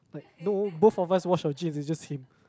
like no both of us wash our jeans it's just him